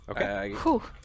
Okay